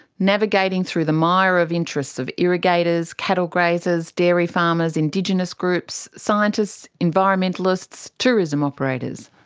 navigating through the mire of interests of irrigators, cattle grazers, dairy farmers, indigenous groups, scientists, environmentalists, tourism operators.